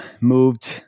moved